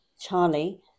Charlie